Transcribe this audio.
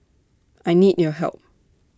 I need your help